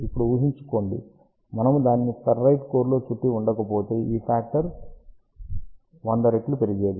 ఇప్పుడు ఊహించుకోండి మనము దానిని ఫెర్రైట్ కోర్ లో చుట్టి ఉండకపోతే ఈ ఫాక్టర్ 100 రెట్లు పెరిగేది